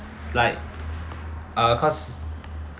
like uh cause